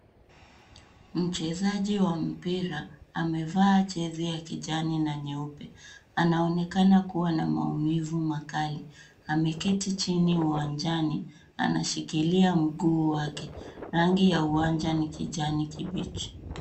Mchezaji wa mpira amevaa jezi ya kijani na nyeupe. Anaonekana kuwa na maumivu makali. Ameketi chini uwanjani. Anashikilia mguu wake. Rangi ya uwanja ni kijani kibichi.